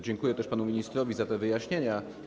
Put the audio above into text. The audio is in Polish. Dziękuję też panu ministrowi za te wyjaśnienia.